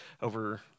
over